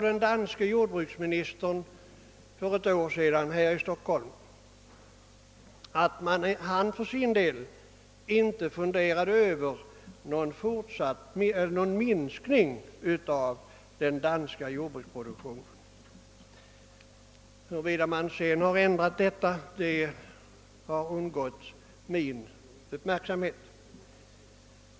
Den danske jordbruksministern sade för ett år sedan här i Stockholm, att han för sin del inte funderade på någon minskning av den danska jordbruksproduktionen. Huruvida han sedan ändrat uppfattning har undgått min uppmärksamhet.